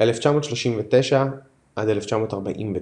1939 - 1949,